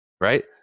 right